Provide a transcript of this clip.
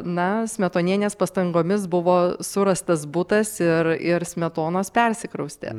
na smetonienės pastangomis buvo surastas butas ir ir smetonos persikraustė